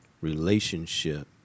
relationship